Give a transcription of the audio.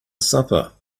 supper